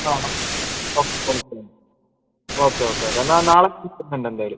ആ okay okay okay എന്നാൽ നാളെ തിരിക്കുന്നുണ്ട് എന്തായാലും